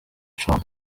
john